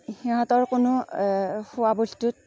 সিহঁতৰ কোনো খোৱা বস্তুত